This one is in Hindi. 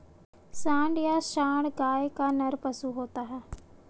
सांड या साँड़ गाय का नर पशु होता है